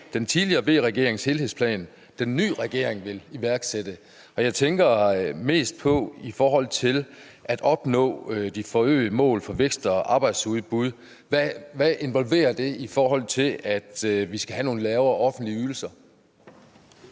den tidligere regerings helhedsplan den nye regering vil iværksætte? Jeg tænker mest på, hvordan man vil nå de forhøjede mål for vækst og arbejdsudbud. Hvad involverer det, i lyset af at vi skal have lavere offentlige ydelser?